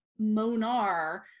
Monar